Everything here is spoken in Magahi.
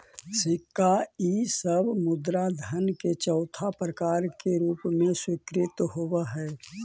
सिक्का इ सब मुद्रा धन के चौथा प्रकार के रूप में स्वीकृत होवऽ हई